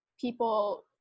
people